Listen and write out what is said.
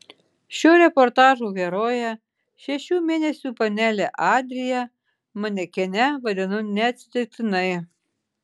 šio reportažo heroję šešių mėnesių panelę adriją manekene vadinu neatsitiktinai